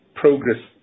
progress